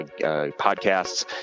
podcasts